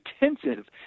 intensive